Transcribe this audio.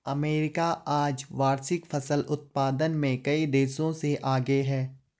America आज वार्षिक फसल उत्पादन में कई देशों से आगे है